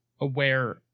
aware